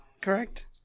correct